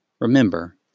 Remember